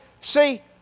see